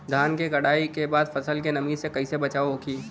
धान के कटाई के बाद फसल के नमी से कइसे बचाव होखि?